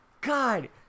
God